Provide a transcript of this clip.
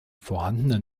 vorhandenen